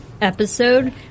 episode